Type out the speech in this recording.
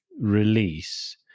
release